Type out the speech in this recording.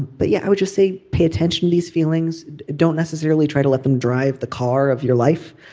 but yeah i would just say pay attention these feelings don't necessarily try to let them drive the car of your life.